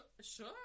sure